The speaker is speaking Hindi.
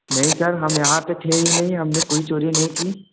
नहीं सर हम यहाँ पर थे ही नहीं हमने कोई चोरी नहीं की